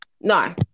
No